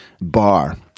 bar